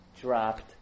dropped